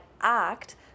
act